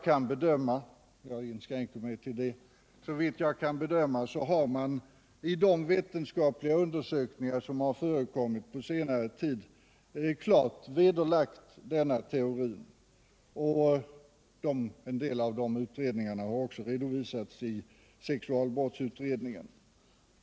Men såvitt jag kan bedöma har man i vetenskapliga undersökningar som gjorts på senare tid klart vederlagt denna teori en delav de utredningarna har också redovisats i sexualbrottsutredningen.